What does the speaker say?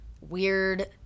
weird